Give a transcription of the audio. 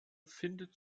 findet